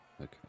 Okay